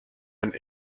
and